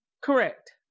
correct